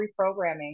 reprogramming